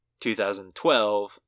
2012